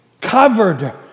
covered